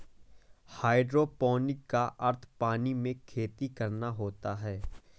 hydroponic का अर्थ पानी में खेती करना होता है